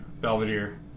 Belvedere